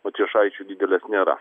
matijošaičiui didelės nėra